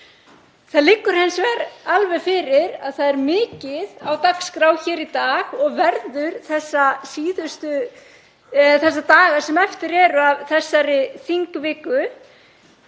Það liggur hins vegar alveg fyrir að það er mikið á dagskrá hér í dag og verður þá daga sem eftir eru af þessari þingviku.